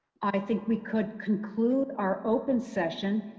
i think we could conclude our open session.